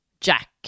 Jack